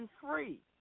free